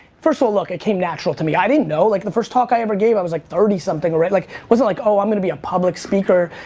first of all, look, it came natural to me. i didn't know. like the first talk i ever gave, i was like thirty something right like, wasn't like, oh, i'm going to be public speaker.